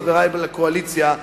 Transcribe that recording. חברי לקואליציה,